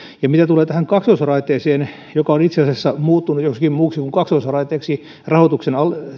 mitä tulee tähän kaksoisraiteeseen joka on itse asiassa muuttunut joksikin muuksi kuin kaksoisraiteeksi rahoituksen